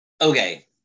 Okay